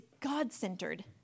God-centered